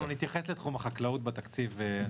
אנחנו נתייחס לתחום החקלאות בתקציב.